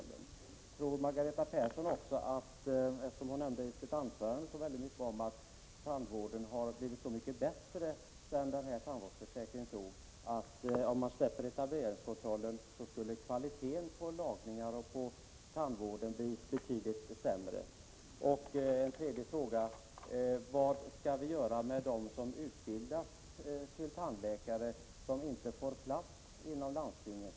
Margareta Persson nämnde i sitt anförande att tandvården blivit så mycket bättre sedan tandvårdsförsäkringen infördes. Tror hon att kvaliteten på lagningarna och tandvården över huvud taget skulle bli sämre om etableringskontrollen släpptes? Vad skall vi göra med dem som utbildats till tandläkare och som inte får plats inom landstingen?